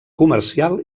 comercial